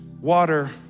water